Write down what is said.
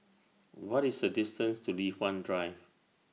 What IS The distance to Li Hwan Drive